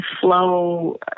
flow